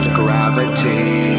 gravity